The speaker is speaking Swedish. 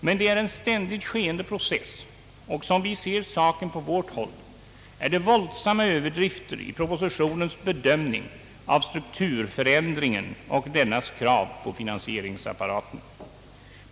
Men det är en ständigt skeende process, och som vi ser saken på vårt håll är det våldsamma överdrifter i propositionens bedömning av strukturförändringen och dennas krav på finansieringsapparaten.